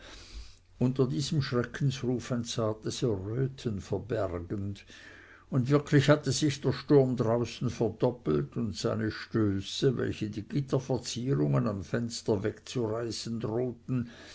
unter diesem schreckensruf ein zartes erröten verbergend und wirklich hatte sich der sturm draußen verdoppelt und seine stöße welche die gitterverzierungen am fenster wegzureißen drohten